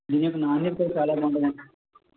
దీని యొక్క నాణ్యత చాలా బాగుంటుంది